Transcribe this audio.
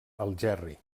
algerri